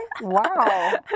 Wow